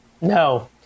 No